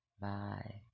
Bye